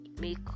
make